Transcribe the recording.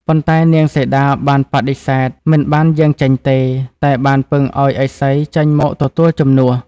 ប៉ុន្តែនាងសីតាបានបដិសេធ មិនបានយាងចេញទេ តែបានពឹងឱ្យឥសីចេញមកទទួលជំនួស។